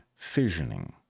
fissioning